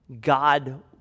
God